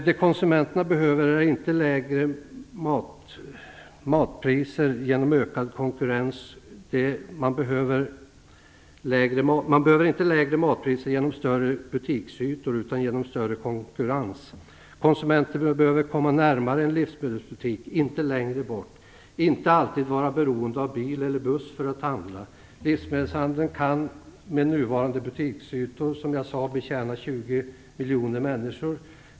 Det konsumenterna behöver är inte lägre matpriser genom större butiksytor utan genom större konkurrens. Konsumenterna behöver komma närmare en livsmedelsbutik, inte längre bort och inte alltid vara beroende av bil eller buss för att handla. Livsmedelshandeln kan med nuvarande butiksytor betjäna 20 miljoner människor.